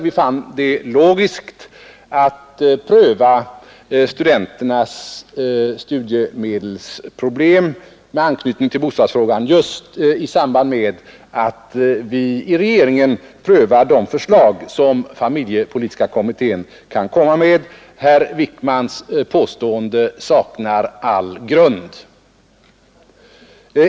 Vi fann det logiskt att ta upp studenternas studiemedelsproblem med anknytning till bostadsfrågan just i samband med att vi i regeringen prövar de förslag som familjepolitiska kommittén kan framlägga. Herr Wijkmans påstående saknar alltså all grund.